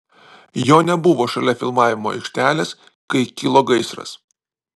jo nebuvo šalia filmavimo aikštelės kai kilo gaisras